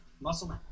muscle